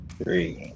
three